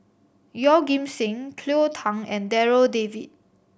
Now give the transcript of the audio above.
Yeoh Ghim Seng Cleo Thang and Darryl David